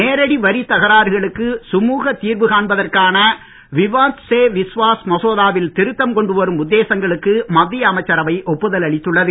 நேரடி வரித் தகராறுகளுக்கு சுமுகத் தீர்வு காண்பதற்கான விவாத் ஸ் விஸ்வாஸ் மசோதாவில் திருத்தம் கொண்டுவரும் உத்தேசங்களுக்கு மத்திய அமைச்சரவை ஒப்புதல் அளித்துள்ளது